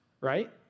right